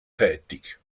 tätig